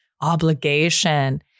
obligation